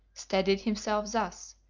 steadied himself thus,